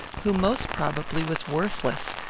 who most probably was worthless,